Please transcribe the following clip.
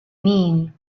mean